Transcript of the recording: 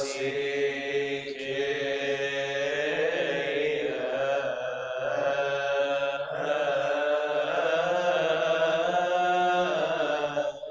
a a